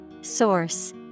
Source